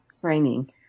training